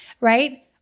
right